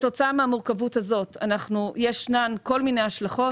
כתוצאה מהמורכבות הזו ישנן כל מיני השלכות.